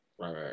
Right